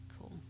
cool